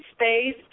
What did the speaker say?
space